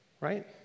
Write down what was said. right